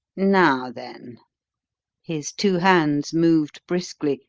now then his two hands moved briskly,